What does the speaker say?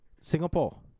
Singapore